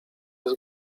jest